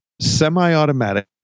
Semi-automatic